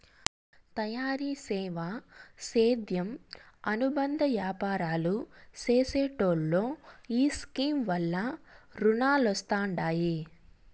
తయారీ, సేవా, సేద్యం అనుబంద యాపారాలు చేసెటోల్లో ఈ స్కీమ్ వల్ల రునాలొస్తండాయి